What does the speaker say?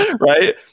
Right